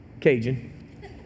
Cajun